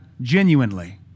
genuinely